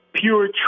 pure